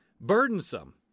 burdensome